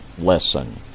lesson